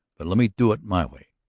but let me do it my way.